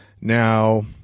Now